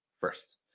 First